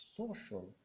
social